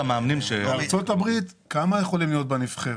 בארצות הברית כמה יכולים להיות בנבחרת?